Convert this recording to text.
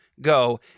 go